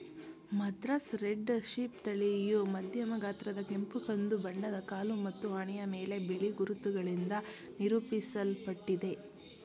Madras red sheep ತಳಿಯು ಮಧ್ಯಮ ಗಾತ್ರದ ಕೆಂಪು ಕಂದು ಬಣ್ಣದ ಕಾಲು ಮತ್ತು ಹಣೆಯ ಮೇಲೆ ಬಿಳಿ ಗುರುತುಗಳಿಂದ ನಿರೂಪಿಸಲ್ಪಟ್ಟಿದೆ